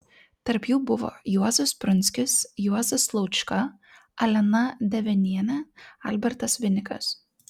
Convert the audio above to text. tarp jų buvo juozas prunskis juozas laučka alena devenienė albertas vinikas